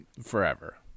forever